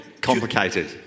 complicated